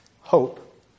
hope